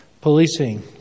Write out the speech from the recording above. Policing